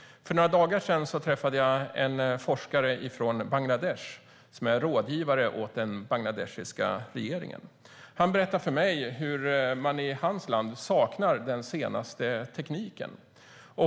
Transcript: För några dagar sedan träffade jag en forskare från Bangladesh som är rådgivare till regeringen i Bangladesh. Han berättade för mig att man i hans land saknar den senaste tekniken.